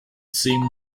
seemed